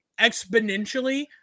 exponentially